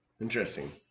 Interesting